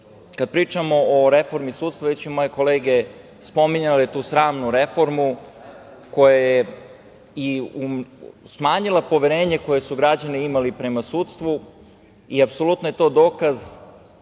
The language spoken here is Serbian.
pričamo o reformi sudstva, već su moje kolege spominjale tu sramnu reformu koja je smanjila poverenje koje su građani imali prema sudstvu i apsolutno je to dokaz